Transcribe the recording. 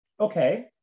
okay